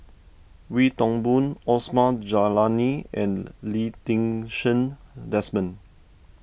Wee Toon Boon Osman Zailani and Lee Ti Seng Desmond